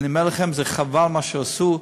אני אומר לכם, זה חבל מה שהם עשו.